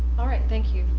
all right. thank you.